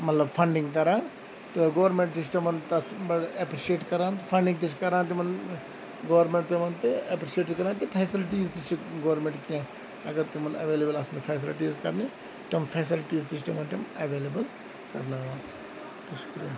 مَطلَب فَنڈِنگ کَران تہٕ گورمنٹ تہِ چھُ تِمَن تَتھ بَڑٕ ایٚپرِشِییٹ کَران تہٕ فَنڈِنگ تہِ چھِ کَران تِمَن گرومنٹ دِوان تہٕ ایٚپرِشِییٹ تہِ کَران تہٕ فیسَلٹیٖز تہِ چھِ گورمنٹ کینٛہہ اَگَر تِمَن اَیٚولیبٕل آسَن فیسَلٹیٖز کَرنہِ تِم فیسَلٹیٖز تہِ چھِ تِمَن تِم ایٚولیبٕل کَرناوان